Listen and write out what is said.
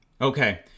Okay